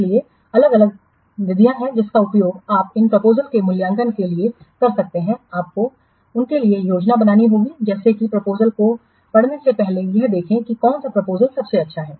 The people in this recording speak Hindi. इसलिए अलग अलग विधियाँ हैं जिनका उपयोग आप उन प्रपोजलस के मूल्यांकन के लिए कर सकते हैं आपको उनके लिए योजना बनानी होगी जैसे कि प्रपोजलस को पढ़ने से पहले यह देखें कि कौन सा प्रपोजलस सबसे अच्छा है